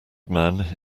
man